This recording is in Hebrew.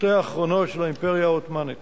שנותיה האחרונות של האימפריה העות'מאנית.